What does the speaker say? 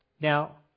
Now